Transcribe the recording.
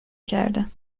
کردم